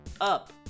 up